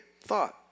thought